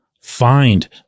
find